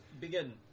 Begin